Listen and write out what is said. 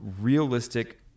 realistic